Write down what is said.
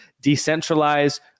decentralized